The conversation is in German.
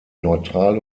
neutral